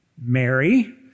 Mary